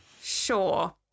Sure